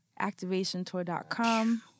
Activationtour.com